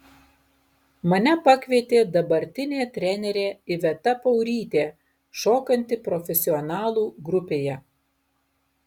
mane pakvietė dabartinė trenerė iveta paurytė šokanti profesionalų grupėje